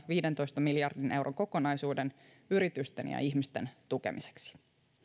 viidentoista miljardin euron kokonaisuuden yritysten ja ihmisten tukemiseksi